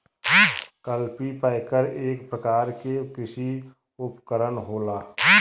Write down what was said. cultipacker एक परकार के कृषि उपकरन होला